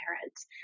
parents